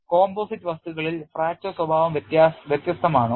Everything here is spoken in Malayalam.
Composite വസ്തുക്കളിൽ ഫ്രാക്ചർ സ്വഭാവം വ്യത്യസ്തമാണോ